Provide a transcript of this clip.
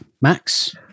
Max